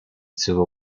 civil